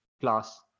class